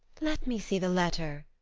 let me see the letter.